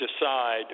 decide